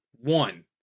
one